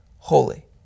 holy